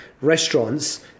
restaurants